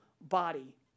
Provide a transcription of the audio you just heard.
body